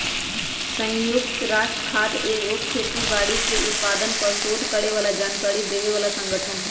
संयुक्त राष्ट्र खाद्य एगो खेती बाड़ी के उत्पादन पर सोध करे बला जानकारी देबय बला सँगठन हइ